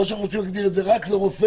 או שאנחנו רוצים להגדיר את זה רק לרופא.